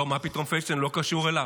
לא, מה פתאום, פלדשטיין לא קשור אליו.